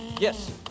Yes